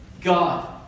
God